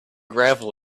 gravel